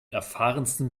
erfahrensten